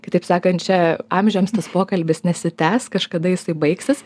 kitaip sakant čia amžiams tas pokalbis nesitęs kažkada jisai baigsis